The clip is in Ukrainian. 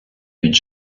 від